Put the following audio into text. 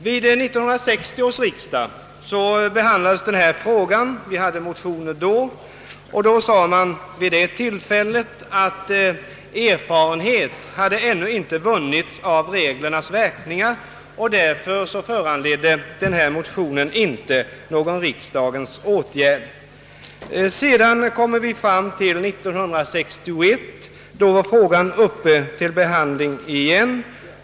Vid 1960 års riksdag då denna fråga behandlades — vi hade vid det tillfället väckt motioner i saken — sade man att erfarenhet av reglernas verkningar ännu inte vunnits, och därför föranledde motionen inte någon riksdagens åtgärd. Frågan var uppe till behandling återigen 1961.